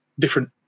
Different